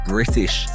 British